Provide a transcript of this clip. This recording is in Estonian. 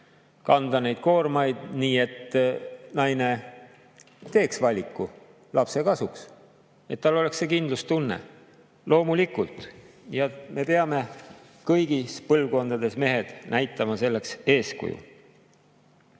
kanda neid koormaid nii, et naine teeks valiku lapse kasuks, et tal oleks kindlustunne. Loomulikult me peame kõigis põlvkondades, mehed, näitama selleks